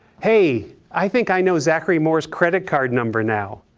hey, i think i know zachary moore's credit card number now.